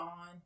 on